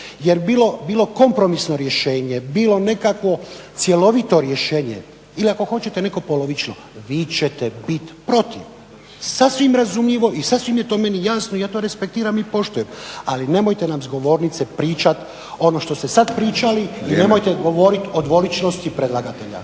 jer bilo kompromisno rješenje, bilo nekakvo cjelovito rješenje ili ako hoćete neko polovično, vi ćete biti protiv, sasvim razumljivo i sasvim je to meni jasno i ja to respektiram i poštujem, ali nemojte nam s govornice pričat ono što ste sad pričali i nemojte govoriti o dvoličnosti predlagatelja.